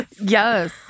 Yes